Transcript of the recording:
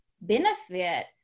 benefit